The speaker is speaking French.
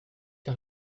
car